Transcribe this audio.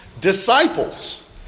disciples